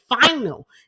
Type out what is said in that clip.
final